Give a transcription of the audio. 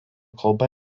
kalba